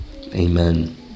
Amen